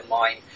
mind